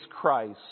Christ